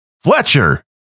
fletcher